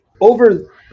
over